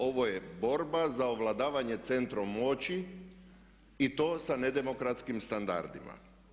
Ovo je borba za ovladavanje centrom moći i to sa nedemokratskim standardima.